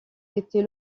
était